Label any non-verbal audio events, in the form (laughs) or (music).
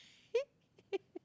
(laughs)